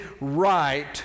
right